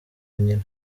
nyina